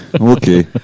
Okay